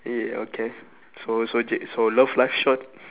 eh okay so so so love live short